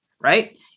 right